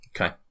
Okay